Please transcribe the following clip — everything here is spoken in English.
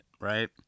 Right